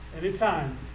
anytime